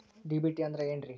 DBT ಅಂದ್ರ ಏನ್ರಿ?